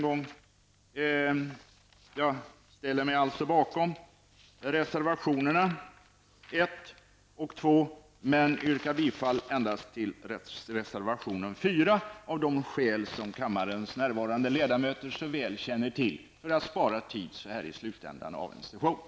Jag ställer mig alltså bakom reservationerna 1 och 2, men yrkar bifall endast till reservation 4, av skäl som kammarens närvarande ledamöter så väl känner till: för att spara tid så här i slutet av en session.